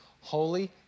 holy